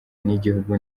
n’igihugu